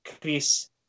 Chris